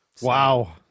wow